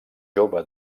jove